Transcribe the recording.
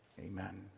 Amen